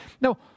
Now